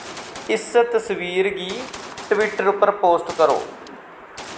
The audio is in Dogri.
इस तस्वीर गी ट्विटर पर पोस्ट करो